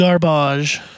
Garbage